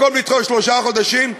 אין מקום לדחות בשלושה חודשים.